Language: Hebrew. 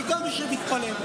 גם אני אשב ואתפלל.